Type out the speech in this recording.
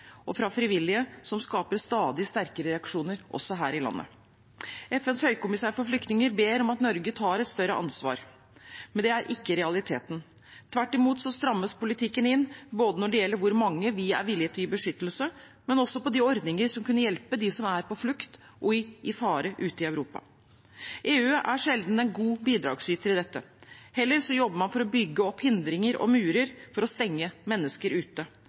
og fra frivillige – som skaper stadig sterkere reaksjoner, også her i landet. FNs høykommissær for flyktninger ber om at Norge tar et større ansvar. Men det er ikke realiteten. Tvert imot strammes politikken inn både når det gjelder hvor mange vi er villige til å gi beskyttelse, og når det gjelder de ordninger som kunne hjelpe dem som er på flukt og i fare ute i Europa. EU er sjelden en god bidragsyter i dette. Heller jobber man for å bygge opp hindringer og murer for å stenge mennesker ute,